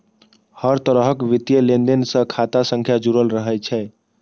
हर तरहक वित्तीय लेनदेन सं खाता संख्या जुड़ल रहै छै